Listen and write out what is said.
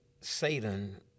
Satan